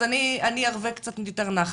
אז אני ארווה קצת יותר נחת.